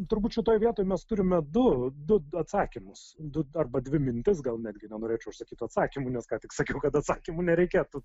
turbūt šitoj vietoj mes turime du du atsakymus du arba dvi mintis gal netgi nenorėčiau aš sakyt tų atsakymų nes ką tik sakiau kad atsakymų nereikėtų